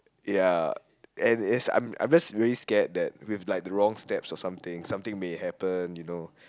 ya and it's I'm I'm just really scared that with like the wrong steps or something something may happen you know